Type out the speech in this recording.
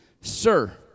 Sir